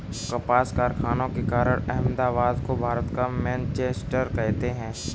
कपास कारखानों के कारण अहमदाबाद को भारत का मैनचेस्टर कहते हैं